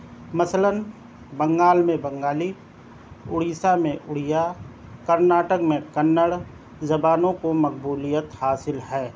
مثلاً بنگال میں بنگالی اڑیسہ میں اڑیا کرناٹک میں کنڑ زبانوں کو مقبولیت حاصل ہے